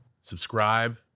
Subscribe